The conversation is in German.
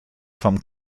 vom